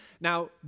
Now